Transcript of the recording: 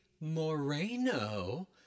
Moreno